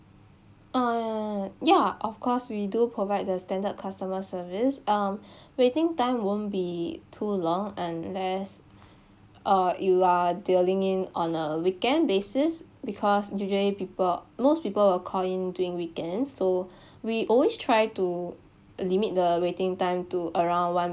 uh ya of course we do provide the standard customer service um waiting time won't be too long unless uh you are dealing in on a weekend basis because usually people most people will call in during weekends so we always try to limit the waiting time to around one